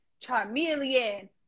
Charmeleon